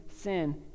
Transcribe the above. sin